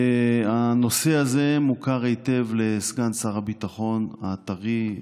הנושא הזה מוכר היטב לסגן שר הביטחון הטרי,